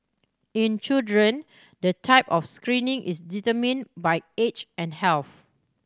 in children the type of screening is determined by age and health